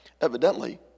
evidently